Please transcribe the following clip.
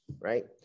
right